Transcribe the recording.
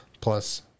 plus